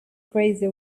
crazy